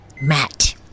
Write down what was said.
Matt